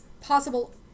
possible